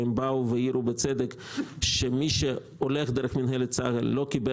הם העירו בצדק שמי שהלך דרך מינהלת צה"ל לא קיבל